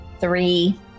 Three